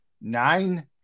nine